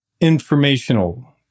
informational